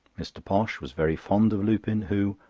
mr. posh was very fond of lupin, who,